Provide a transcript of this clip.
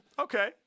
okay